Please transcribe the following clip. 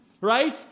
right